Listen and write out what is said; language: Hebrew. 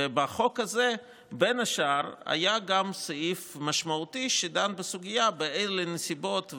ובחוק הזה בין השאר היה גם סעיף משמעותי שדן בסוגיה באילו נסיבות,